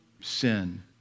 sin